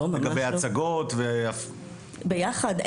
לא, ממש לא, ביחד.